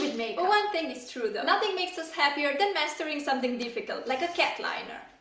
one thing is true though nothing makes us happier than mastering something difficult like a cat liner!